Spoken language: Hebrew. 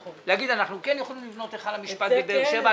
להגיד: אנחנו כן יכולים לבנות היכל משפט בבאר שבע,